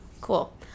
cool